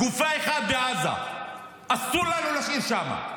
גופה אחת בעזה, אסור לנו להשאיר שם.